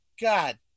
God